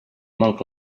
monk